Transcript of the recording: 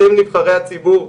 אתם, נבחרי הציבור,